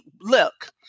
look